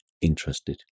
interested